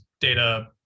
data